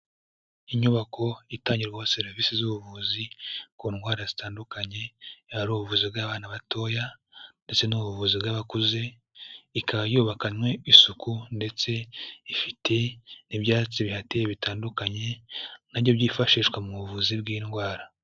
Inyubako itangirwa serivisi z'ubuvuzi, ku ndwara zitandukanye, yaba ari ubuvuzi bw'bana batoya, ndetse n'ubuvuzi bw'abakuze; ikaba yubakanywe isuku, ndetse ifite n'ibyatsi bihateye bitandukanye, na byo byifashishwa mu buvuzi bw'indwara.